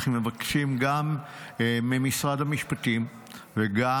אנחנו מבקשים גם ממשרד המשפטים וגם